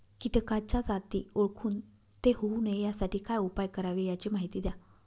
किटकाच्या जाती ओळखून ते होऊ नये यासाठी काय उपाय करावे याची माहिती द्या